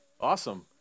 awesome